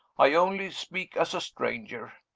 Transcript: i only speak as a stranger.